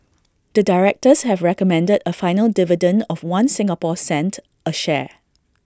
the directors have recommended A final dividend of One Singapore cent A share